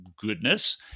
goodness